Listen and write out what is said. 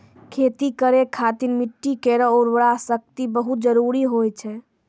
खेती करै खातिर मिट्टी केरो उर्वरा शक्ति बहुत जरूरी होय छै